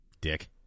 Dick